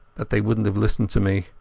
but they wouldnat have listened to me.